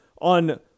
on